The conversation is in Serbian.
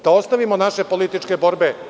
Treba da ostavimo naše političke borbe.